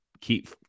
keep